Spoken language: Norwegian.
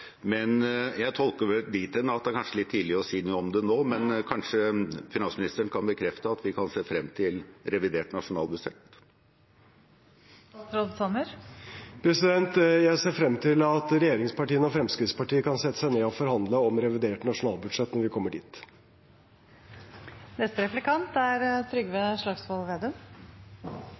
Jeg tolker det dit hen at det kanskje er litt tidlig å si noe om det nå, men kanskje finansministeren kan bekrefte at vi kan se frem til revidert nasjonalbudsjett? Jeg ser frem til at regjeringspartiene og Fremskrittspartiet kan sette seg ned og forhandle om revidert nasjonalbudsjett når vi kommer dit. Det er